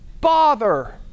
bother